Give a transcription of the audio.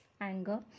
anger